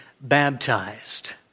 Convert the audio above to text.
baptized